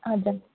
हजुर